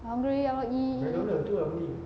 I hungry I want eat